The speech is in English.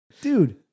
dude